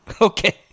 Okay